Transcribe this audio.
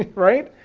right?